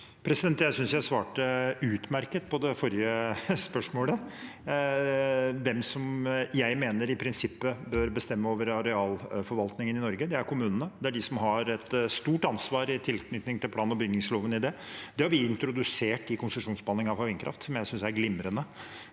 Jeg synes jeg svarte utmerket på det forrige spørsmålet, hvem jeg mener i prinsippet bør bestemme over arealforvaltningen i Norge. Det er kommunene. Det er de som der har et stort ansvar i tilknytning til plan- og bygningsloven. Det har vi introdusert i konsesjonsbehandlingen for vindkraft, som jeg synes er glimrende.